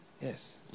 Yes